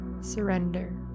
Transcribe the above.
Surrender